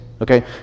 Okay